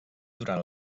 durant